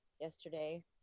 yesterday